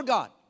God